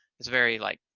it's very, like,